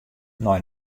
nei